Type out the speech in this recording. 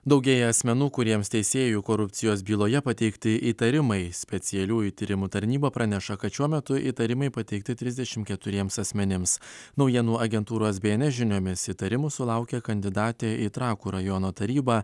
daugėja asmenų kuriems teisėjų korupcijos byloje pateikti įtarimai specialiųjų tyrimų tarnyba praneša kad šiuo metu įtarimai pateikti trisdešim keturiems asmenims naujienų agentūros bns žiniomis įtarimų sulaukė kandidatė į trakų rajono tarybą